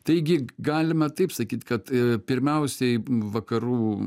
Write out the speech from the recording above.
taigi galime taip sakyt kad pirmiausiai vakarų